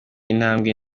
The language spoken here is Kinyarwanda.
intambwe